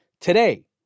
today